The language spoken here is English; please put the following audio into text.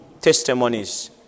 testimonies